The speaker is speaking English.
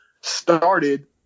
started